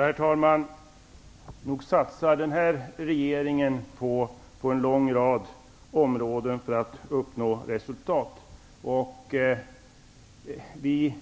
Herr talman! Nog satsar den här regeringen på en lång rad områden för att uppnå resultat. Vi